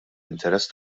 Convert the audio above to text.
interess